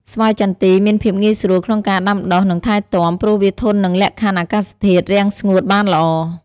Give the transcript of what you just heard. ស្វាយចន្ទីមានភាពងាយស្រួលក្នុងការដាំដុះ និងថែទាំ ព្រោះវាធន់នឹងលក្ខខណ្ឌអាកាសធាតុរាំងស្ងួតបានល្អ។